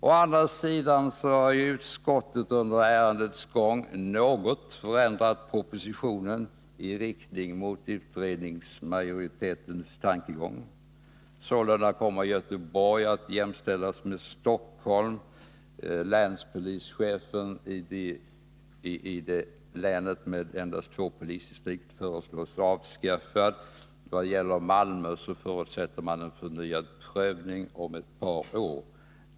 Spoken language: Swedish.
Å andra sidan har utskottet under ärendets gång något förändrat propositionen i riktning mot utredningsmajoritetens tankegång. Sålunda kommer Göteborg att jämställas med Stockholm. Länspolischefen i länet, som har endast två polisdistrikt, föreslås avskaffad. Beträffande Malmö förutsätter man en förnyad prövning efter ett par år.